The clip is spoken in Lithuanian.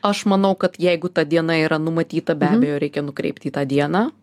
aš manau kad jeigu ta diena yra numatyta be abejo reikia nukreipti į tą dieną